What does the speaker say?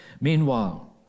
Meanwhile